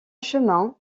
chemin